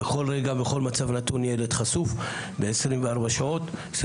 בכל רגע, בכל מצב נתון ילד חשוף, עשרים וארבע שבע.